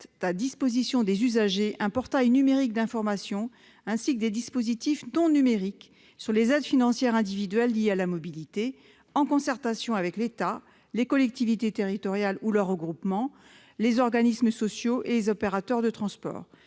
à disposition des usagers un portail numérique d'information, ainsi que des dispositifs non numériques, dédiés aux aides financières individuelles liées à la mobilité, en concertation avec l'État, les collectivités territoriales ou leurs groupements, les organismes sociaux et les opérateurs de transport.